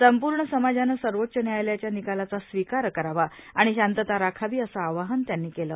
संपूर्ण समाजानं सर्वोच्च न्यायालयाच्या निकालाचा स्वीकार करावा आणि शांतता राखावी असं आवाहन त्यांनी केलं